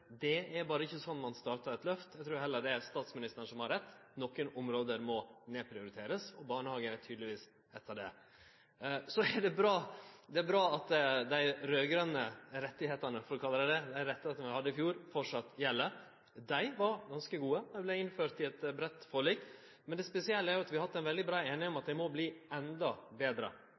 Det er berre ikkje sånn ein startar eit løft. Eg trur heller det er statsministeren som har rett: Nokre område må nedprioriterast – barnehagen er tydelegvis eitt av dei. Det er bra at dei raud-grøne rettane – for å kalle det det – dei rettane vi hadde i fjor, framleis gjeld. Dei var ganske gode, dei vart innførde i eit breitt forlik. Det spesielle er at vi har hatt veldig brei einigheit om at dei må verte endå betre.